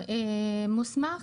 מוסמך